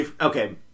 Okay